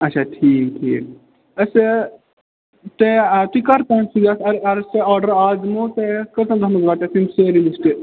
اچھا ٹھیٖک ٹھیٖک أسۍ تُہۍ تُہۍ کر سوٗزیٚو اَسہِ اَگر أسۍ تۄہہِ آرڈَر آز دِمَو تہٕ کٔژَن دۄہَن منٛز واتہِ اَسہِ یِم سٲری لِشٹ